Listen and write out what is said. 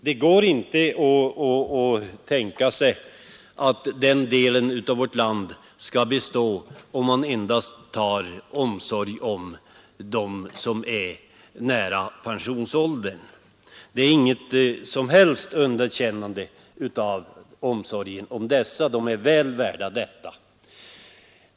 Det går inte att tänka sig att den delen av vårt land skall bestå bara man hyser omsorg om dem som är nära pensionsåldern. Därmed vill jag naturligtvis inte på något sätt underkänna omsorgen om dessa — de är väl värda den.